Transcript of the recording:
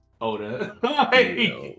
Oda